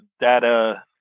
data